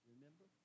Remember